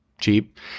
cheap